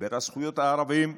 דיבר על זכויות הערבים,